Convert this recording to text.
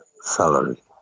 salary